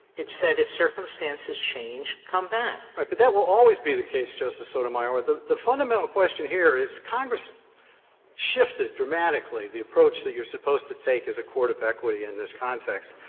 it said if circumstances change, come back. phillips right, but that will always be the case, justice sotomayor. the the fundamental question here is, congress shifted dramatically, the approach that you are supposed to take as a court of equity in this context,